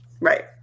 right